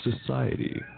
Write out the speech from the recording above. society